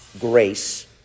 grace